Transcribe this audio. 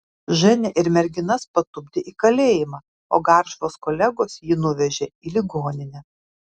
ženią ir merginas patupdė į kalėjimą o garšvos kolegos jį nuvežė į ligoninę